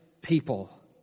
people